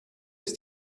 ist